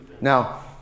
Now